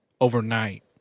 overnight